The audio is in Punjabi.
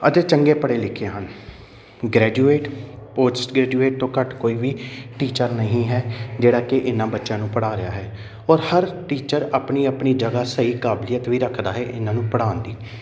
ਅਤੇ ਚੰਗੇ ਪੜ੍ਹੇ ਲਿਖੇ ਹਨ ਗਰੈਜੂਏਟ ਪੋਸਟ ਗਰੈਜੂਏਟ ਤੋਂ ਘੱਟ ਕੋਈ ਵੀ ਟੀਚਰ ਨਹੀਂ ਹੈ ਜਿਹੜਾ ਕਿ ਇਹਨਾਂ ਬੱਚਿਆਂ ਨੂੰ ਪੜ੍ਹਾ ਰਿਹਾ ਹੈ ਔਰ ਹਰ ਟੀਚਰ ਆਪਣੀ ਆਪਣੀ ਜਗ੍ਹਾ ਸਹੀ ਕਾਬਲੀਅਤ ਵੀ ਰੱਖਦਾ ਹੈ ਇਹਨਾਂ ਨੂੰ ਪੜ੍ਹਾਉਣ ਦੀ